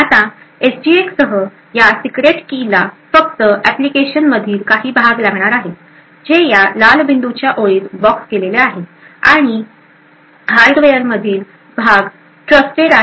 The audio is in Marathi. आता एसजीएक्स सह या सिक्रेट की ला फक्त एप्लीकेशन मधील काही भाग लागणार आहे जे या लाल बिंदूच्या ओळीत बॉक्स केलेले आहेत आणि हार्डवेअरमधील भाग विश्वासार्ह आहे